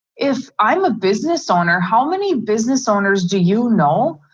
if i'm a business owner, how many business owners do you know,